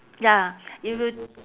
ya if you